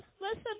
listen